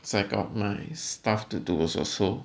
as I got my stuff to do also